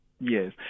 Yes